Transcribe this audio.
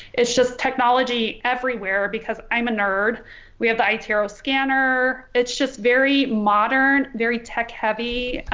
it's just technology everywhere because i'm a nerd we have the itero scanner. it's just very modern very tech heavy